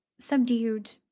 subdued,